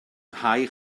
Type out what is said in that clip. nghae